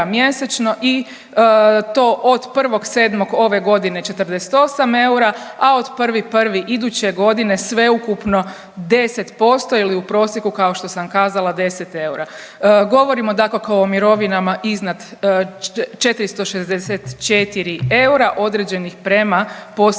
i to od 1.7. ove godine 48 eura, a od 1.1. iduće godine sveukupno 10% jer je u prosjeku kao što sam kazala 10 eura. Govorimo dakako o mirovinama iznad 464 eura određenih prema posebnim